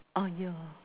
ah yeah